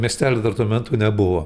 miestelio dar tuo metu nebuvo